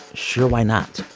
sure why not?